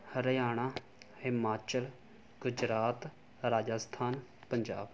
Haryana Himachal Gujarat Rajasthan Punjab